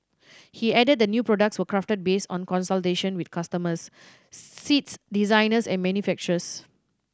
he added the new products were crafted based on consultation with customers seat designers and manufacturers